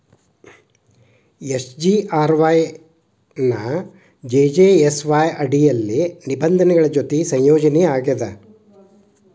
SGRY ಎನ್ನಾ JJSY ಅಡಿಯಲ್ಲಿ ನಿಬಂಧನೆಗಳ ಜೊತಿ ಸಂಯೋಜನಿ ಆಗ್ಯಾದ